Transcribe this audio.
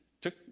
took